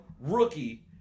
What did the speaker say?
rookie